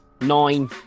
nine